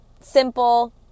simple